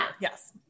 yes